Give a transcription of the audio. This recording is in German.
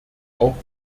auch